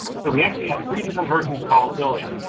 so we actually have three different versions of volatility.